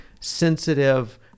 sensitive